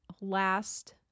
last